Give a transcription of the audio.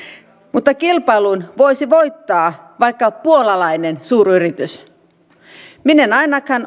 mutta kilpailun voisi voittaa vaikka puolalainen suuryritys minä en ainakaan